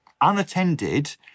unattended